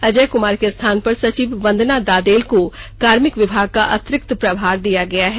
अजय कुमार के स्थान पर सचिव वंदना दादेल को कार्मिक विभाग का अतिरिक्त प्रभार दिया गया है